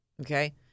Okay